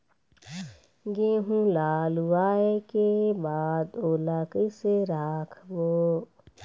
गेहूं ला लुवाऐ के बाद ओला कइसे राखबो?